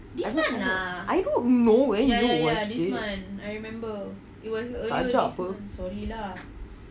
I don't know any of you are watching tak ajak apa